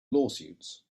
lawsuits